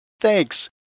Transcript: Thanks